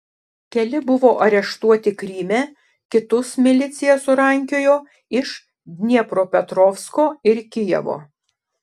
keli buvo areštuoti kryme kitus milicija surankiojo iš dniepropetrovsko ir kijevo